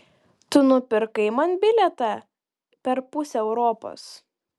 tu nupirkai man bilietą per pusę europos